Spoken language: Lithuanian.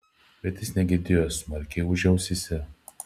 bet jis negirdėjo smarkiai ūžė ausyse